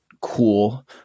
cool